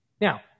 now